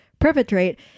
perpetrate